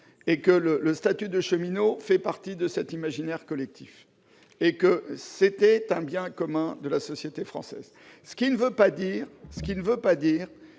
que le statut de cheminot fait partie de notre imaginaire collectif et que c'est un bien commun de la société française. Cela ne signifie